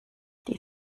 die